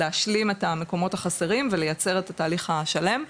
להשלים את המקומות החסרים ולייצר את התהליך השלם.